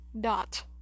dot